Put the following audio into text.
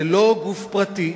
זה לא גוף פרטי.